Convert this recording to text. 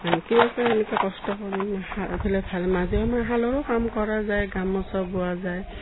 মানে কিবাকৈ এনেকৈ কষ্ট কৰিম এইফালেই ভাল মাজে সময়ে শালৰো কাম কৰা যায় গামোচা বোৱা যায়